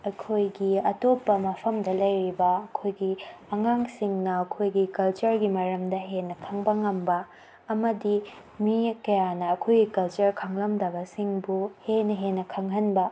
ꯑꯩꯈꯣꯏꯒꯤ ꯑꯇꯣꯞꯄ ꯃꯐꯝꯗ ꯂꯩꯔꯤꯕ ꯑꯩꯈꯣꯏꯒꯤ ꯑꯉꯥꯡꯁꯤꯡꯅ ꯑꯩꯈꯣꯏꯒꯤ ꯀꯜꯆꯔꯒꯤ ꯃꯔꯝꯗ ꯍꯦꯟꯅ ꯈꯪꯕ ꯉꯝꯕ ꯑꯃꯗꯤ ꯃꯤꯑꯣꯏ ꯀꯌꯥꯅ ꯑꯩꯈꯣꯏꯒꯤ ꯀꯜꯆꯔ ꯈꯪꯂꯝꯗꯕꯁꯤꯡꯕꯨ ꯍꯦꯟꯅ ꯍꯦꯟꯅ ꯈꯪꯍꯟꯕ